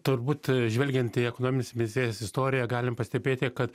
turbūt žvelgiant į ekonominės vizijos istoriją galim pastebėti kad